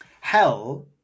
hell